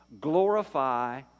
glorify